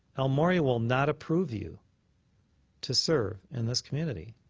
el morya will not approve you to serve in this community,